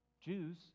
Jews